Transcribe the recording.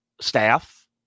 staff